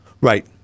Right